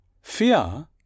Fear